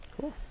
Cool